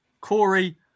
Corey